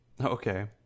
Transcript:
Okay